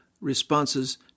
responses